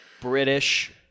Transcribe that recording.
British